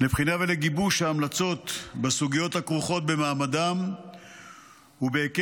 לבחינה ולגיבוש המלצות בסוגיות הכרוכות במעמדם ובהיקף